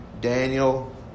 Daniel